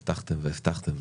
ורק הבטחתם והבטחתם,